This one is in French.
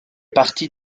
parties